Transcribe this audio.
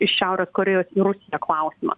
iš šiaurės korėjos į rusiją klausimą